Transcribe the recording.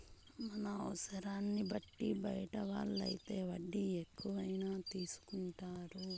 మన అవసరాన్ని బట్టి బయట వాళ్ళు అయితే వడ్డీ ఎక్కువైనా తీసుకుంటారు